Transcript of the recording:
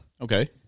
Okay